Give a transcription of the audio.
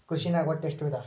ಕೃಷಿನಾಗ್ ಒಟ್ಟ ಎಷ್ಟ ವಿಧ?